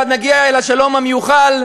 ואז נגיע אל השלום המיוחל.